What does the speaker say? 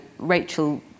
Rachel